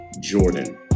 Jordan